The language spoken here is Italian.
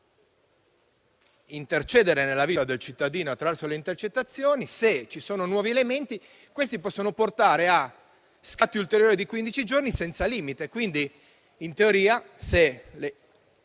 intrudere nella vita del cittadino attraverso le intercettazioni, e ci sono nuovi elementi, questi possono portare a scatti ulteriori di quindici giorni, senza limite. Quindi in teoria, se